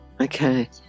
Okay